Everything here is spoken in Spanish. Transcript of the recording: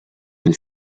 del